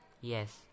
yes